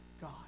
God